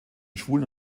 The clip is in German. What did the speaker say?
schwulen